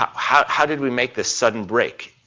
um how how did we make this sudden break?